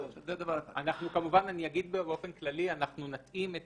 אני אגיד באופן כללי שאנחנו נתאים את